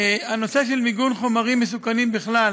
הנושא של מיגון חומרים מסוכנים בכלל